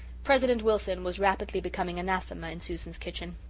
president wilson was rapidly becoming anathema in susan's kitchen.